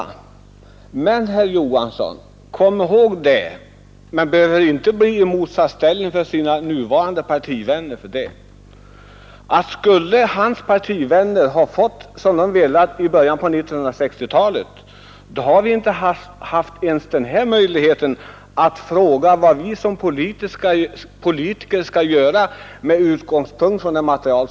Om herr Johanssons partivänner i början av 1960-talet fått som de då ville, skulle vi inte ha haft denna möjlighet att fråga vad vi som politiker bör göra med utgångspunkt från det material vi nu har — herr Johansson behöver inte komma i motsatsställning till sina nuvarande partivänner om han medger det.